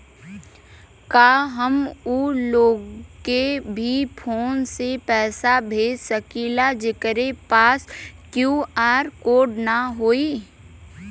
का हम ऊ लोग के भी फोन से पैसा भेज सकीला जेकरे पास क्यू.आर कोड न होई?